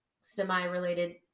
semi-related